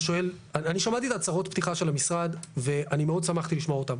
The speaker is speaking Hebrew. אני שמעתי את הצהרות הפתיחה של המשרד ואני מאוד שמחתי לשמוע אותם,